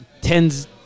tens